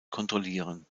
kontrollieren